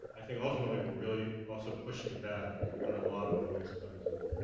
i think, ultimately we're really also pushing back on a lot of those kinds of,